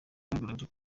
bwagaragaje